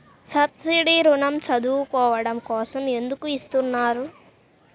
Subsidy ఋణం చదువుకోవడం కోసం ఎందుకు ఇస్తున్నారు?